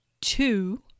two